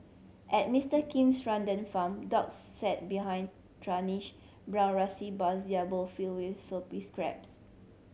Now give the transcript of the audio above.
at Mister Kim's rundown farm dogs sat behind brown bars their bowl filled with soupy scraps